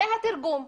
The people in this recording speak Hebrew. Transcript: זה התרגום,